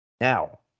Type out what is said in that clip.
Now